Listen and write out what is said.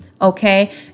Okay